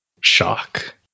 shock